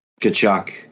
Kachuk